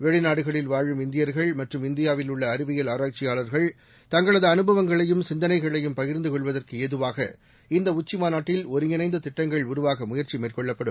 வெளிநாடுகளில் வாழும் இந்தியர்கள் மற்றும் இந்தியாவில் உள்ள அறிவியல் அனுபவங்களையும் சிந்தனைகளையும் பகிர்ந்து கொள்வதற்கு ஏதுவாக இந்த உச்சி மாநாட்டில் ஒருங்கிணைந்த திட்டங்கள் உருவாக முயற்சி மேற்கொள்ளப்படும்